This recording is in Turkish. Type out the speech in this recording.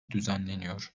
düzenleniyor